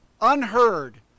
unheard